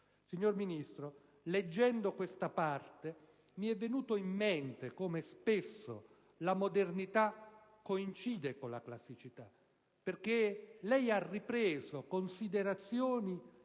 Signora Ministro, leggendo questa parte mi è venuto in mente come spesso la modernità coincida con la classicità, perché lei ha ripreso considerazioni